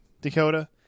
Dakota